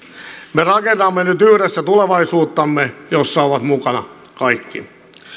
me rakennamme nyt yhdessä tulevaisuuttamme jossa ovat mukana kaikki